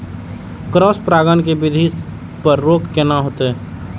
Cross परागण के वृद्धि पर रोक केना होयत?